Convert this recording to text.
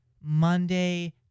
Monday